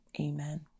Amen